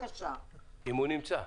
נמצא.